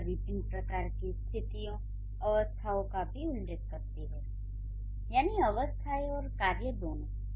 क्रिया विभिन्न प्रकार की स्थितियोंअवस्थाओं का भी उल्लेख करती है यानी अवस्थाएँ और कार्य दोनों